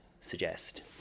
suggest